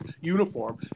uniform